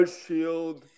shield